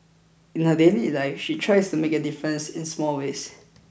in her daily life she tries to make a difference in small ways